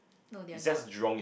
no they are not